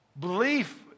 belief